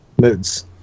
moods